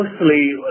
mostly